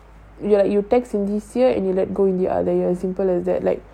ya lah like you tax in this year and you let go in the other year as simple as that like